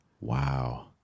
Wow